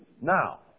Now